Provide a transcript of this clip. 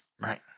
Right